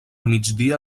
migdia